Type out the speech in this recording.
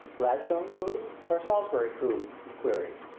gladstone koob or salisbury koob? he queries.